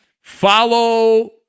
follow